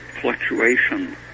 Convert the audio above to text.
fluctuation